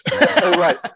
Right